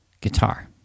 guitar